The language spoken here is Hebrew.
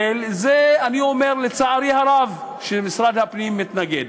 אני אומר, לצערי הרב, שמשרד הפנים מתנגד.